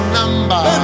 number